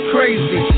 crazy